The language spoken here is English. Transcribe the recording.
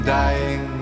dying